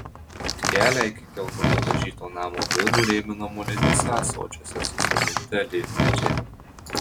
kelią iki geltonai dažyto namo durų rėmino moliniuose ąsočiuose susodinti alyvmedžiai